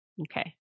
Okay